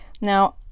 Now